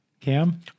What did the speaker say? Cam